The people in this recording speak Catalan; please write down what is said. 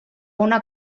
una